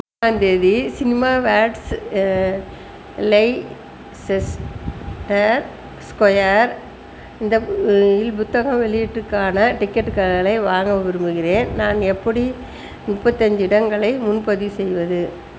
மூணாம் தேதி cinema worlds Leicester Square இந்த இல் புத்தக வெளியீடுக்கான டிக்கெட்டுகளை வாங்க விரும்புகிறேன் நான் எப்படி முப்பத்தஞ்சு இடங்களை முன்பதிவு செய்வது